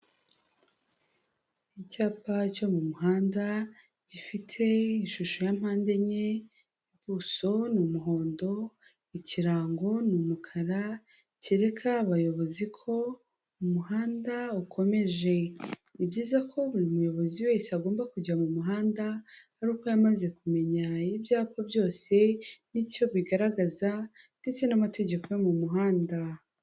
Icyapa cyo mu muhanda, gifite ishusho ya mpande enye, ubuso ni umuhondo, ikirango ni umukara, cyereka abayobozi ko umuhanda ukomeje. Ni byiza ko buri muyobozi wese agomba kujya mu muhanda, ari uko yamaze kumenya ibyapa byose n'icyo bigaragaza ndetse n'amategeko yo mu muhanda.